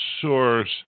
source